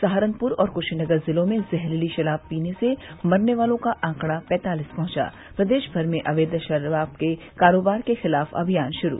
सहारनपुर और कुशीनगर जिलों में जहरीली शराब से मरने वालों का आंकड़ा पैंतालीस पहुंचा प्रदेश भर में अवैध शराब के कारोबार के खिलाफ अभियान शुरू